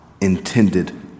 intended